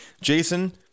jason